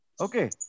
Okay